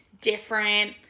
Different